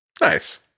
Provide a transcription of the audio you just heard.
nice